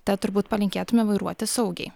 tad turbūt palinkėtume vairuoti saugiai